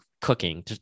cooking